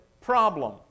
problem